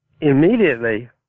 immediately